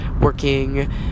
working